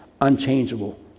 unchangeable